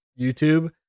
YouTube